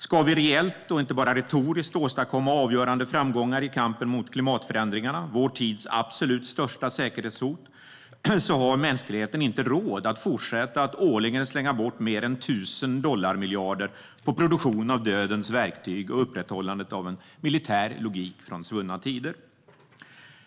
Om vi reellt, och inte bara retoriskt, ska åstadkomma avgörande framgångar i kampen mot klimatförändringarna - vår tids absolut största säkerhetshot - har mänskligheten inte råd att fortsätta att årligen slänga bort mer än tusen dollarmiljarder på produktion av dödens verktyg och upprätthållandet av en militär logik från svunna tider.